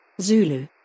Zulu